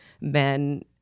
men